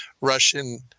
Russian